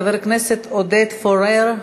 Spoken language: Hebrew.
חבר הכנסת עודד פורר.